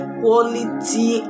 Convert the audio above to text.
quality